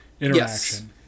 interaction